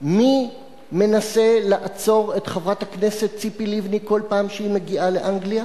מי מנסה לעצור את חברת הכנסת ציפי לבני כל פעם שהיא מגיעה לאנגליה,